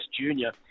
Junior